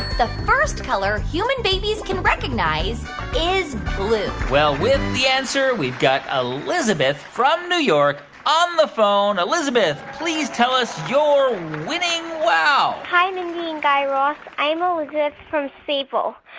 the first color human babies can recognize is blue? well, with the answer, we've got ah elizabeth from new york on the phone. elizabeth, please tell us your winning wow hi, mindy and guy raz. i'm elizabeth from sable.